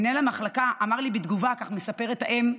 מנהל המחלקה אמר לי בתגובה, כך מספרת האם: